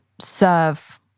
serve